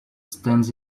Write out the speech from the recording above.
stands